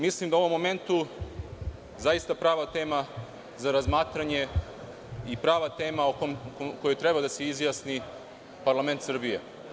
Mislim da je on u ovom momentu zaista prava tema za razmatranje i prava tema o kojoj treba da se izjasni parlament Srbije.